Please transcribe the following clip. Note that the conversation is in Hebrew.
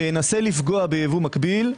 שינסה לפגוע בייבוא מקביל,